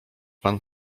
pan